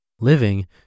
Living